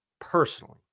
personally